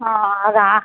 ಹಾಂ ಹಾಗಾ